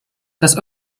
das